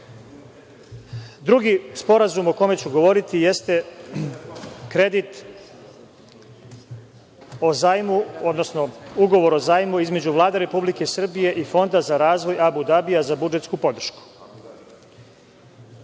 tome. Drugi sporazum o kome će govoriti jeste kredit o zajmu, odnosno ugovor o zajmu između Vlade Republike Srbije i Fonda za razboj Abu Dabija za budžetsku podršku.